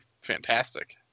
fantastic